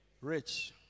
rich